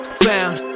found